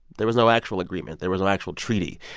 there was no actual agreement. there was no actual treaty.